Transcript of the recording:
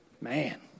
Man